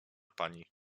pani